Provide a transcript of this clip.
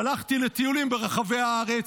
שלחתי לטיולים ברחבי הארץ.